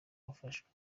wafashwe